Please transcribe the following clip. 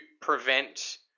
prevent